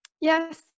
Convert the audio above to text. Yes